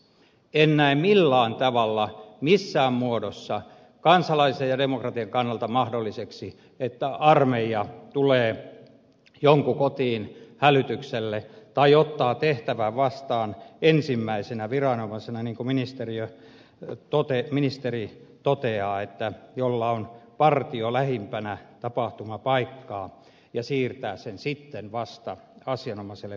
en näe millään tavalla missään muodossa kansalaisten ja demokratian kannalta sitä mahdolliseksi että armeija tulee jonkun kotiin hälytykselle tai ottaa tehtävän vastaan ensimmäisenä viranomaisena niin kuin ministeri toteaa että se jolla on partio lähimpänä tapahtumapaikkaa siirtää sen sitten vasta asianomaiselle viranomaiselle